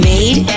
Made